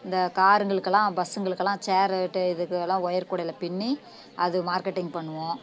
இந்த காருங்களுக்கெல்லாம் பஸ்ஸுங்களுக்கெல்லாம் சேரு இதுக்கு எல்லாம் ஒயர் கூடைல பின்னி அது மார்க்கெட்டிங் பண்ணுவோம்